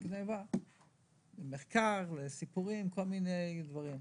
בגנבה, למחקר, לכל מיני דברים.